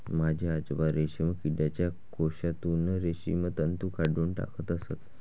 माझे आजोबा रेशीम किडीच्या कोशातून रेशीम तंतू काढून टाकत असत